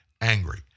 angry